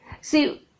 See